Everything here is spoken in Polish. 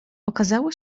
okazało